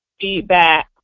feedback